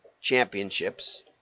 championships